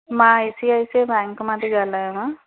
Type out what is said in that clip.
मां I C I C I bank मां थी ॻाल्हायांव